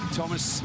Thomas